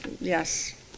yes